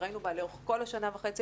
וראינו בה לאורך כל השנה וחצי,